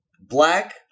black